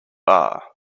are